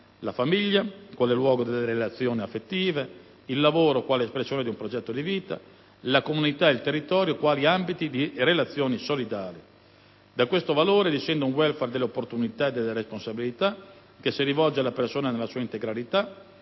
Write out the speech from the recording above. la famiglia, quale luogo delle relazioni affettive; il lavoro, quale espressione di un progetto di vita; la comunità e il territorio, quali ambiti di relazioni solidali. Da questo valore discende un *welfare* delle opportunità e delle responsabilità che si rivolge alla persona nella sua integralità,